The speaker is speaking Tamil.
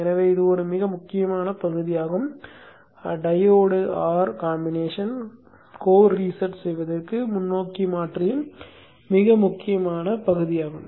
எனவே இது ஒரு மிக முக்கியமான பகுதியாகும் டையோடு R கலவையானது கோர் ரீசெட் செய்வதற்கு முன்னோக்கி மாற்றியின் மிக முக்கியமான பகுதியாகும்